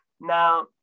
Now